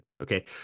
Okay